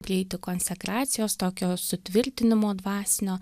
prieiti konsekracijos tokio sutvirtinimo dvasinio